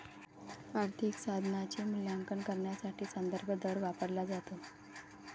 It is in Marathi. आर्थिक साधनाचे मूल्यांकन करण्यासाठी संदर्भ दर वापरला जातो